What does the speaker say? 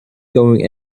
going